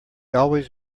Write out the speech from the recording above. always